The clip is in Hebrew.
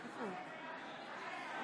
בעד אלון טל,